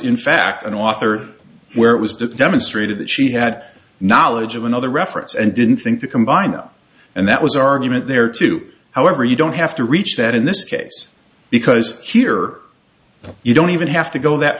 in fact an author where it was determined straighted that she had knowledge of another reference and didn't think to combine them and that was argument there too however you don't have to reach that in this case because here you don't even have to go that